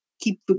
keep